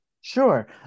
Sure